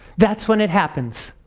that's when it happens.